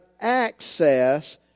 access